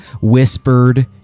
whispered